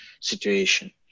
situation